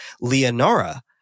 Leonora